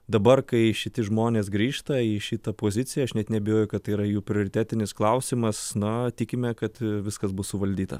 dabar kai šiti žmonės grįžta į šitą poziciją aš net neabejoju kad tai yra jų prioritetinis klausimas na tikime kad viskas bus suvaldyta